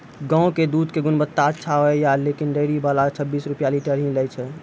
गांव के दूध के गुणवत्ता अच्छा होय या लेकिन डेयरी वाला छब्बीस रुपिया लीटर ही लेय छै?